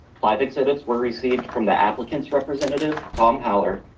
five exhibits were received from the applicant's representative, tom howard,